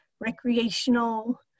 recreational